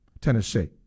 Tennessee